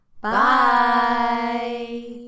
Bye